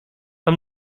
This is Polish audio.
mam